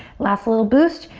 last little boost,